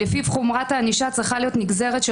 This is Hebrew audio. לפיו חומרת הענישה צריכה להיות נגזרת של